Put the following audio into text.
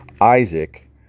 Isaac